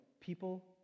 People